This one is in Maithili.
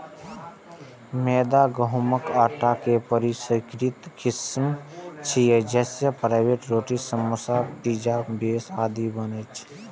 मैदा गहूंमक आटाक परिष्कृत किस्म छियै, जइसे पावरोटी, समोसा, पिज्जा बेस आदि बनै छै